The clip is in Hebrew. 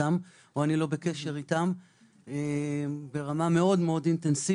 אותם או שאני לא בקשר אתם ברמה מאוד אינטנסיבית.